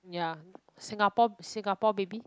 ya singapore singapore baby